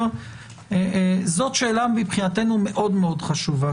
זו שאלה מאוד חשובה מבחינתנו,